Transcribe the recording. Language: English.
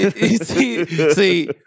see